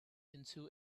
into